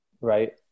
right